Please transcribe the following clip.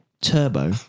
Turbo